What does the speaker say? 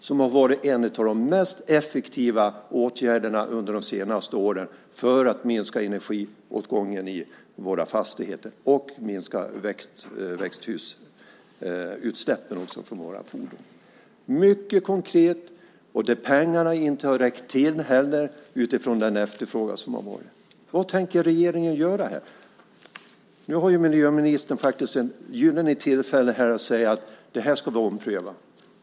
Det har varit en av de mest effektiva åtgärderna under de senaste åren för att minska energiåtgången i våra fastigheter och minska växthusgasutsläppen från våra fordon. Pengarna har inte heller räckt till för den efterfrågan som har varit. Vad tänker regeringen göra? Miljöministern har ju nu ett gyllene tillfälle att säga: Det här ska vi ompröva.